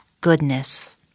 goodness